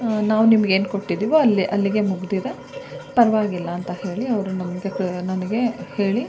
ನಾವು ನಿಮ್ಗೇನು ಕೊಟ್ಟಿದ್ದೀವೋ ಅಲ್ಲಿ ಅಲ್ಲಿಗೆ ಮುಗಿದಿದೆ ಪರವಾಗಿಲ್ಲ ಅಂತ ಹೇಳಿ ಅವರು ನಮಗೆ ನನಗೆ ಹೇಳಿ